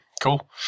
Cool